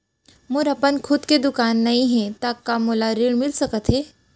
मोर अपन खुद के दुकान नई हे त का मोला ऋण मिलिस सकत?